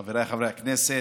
חבריי חברי הכנסת,